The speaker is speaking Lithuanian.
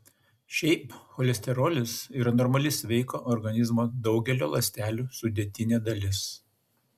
šiaip cholesterolis yra normali sveiko organizmo daugelio ląstelių sudėtinė dalis